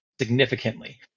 significantly